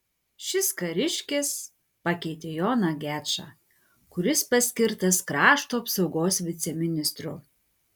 šis kariškis pakeitė joną gečą kuris paskirtas krašto apsaugos viceministru